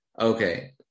Okay